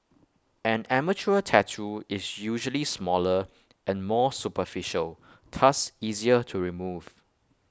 an amateur tattoo is usually smaller and more superficial thus easier to remove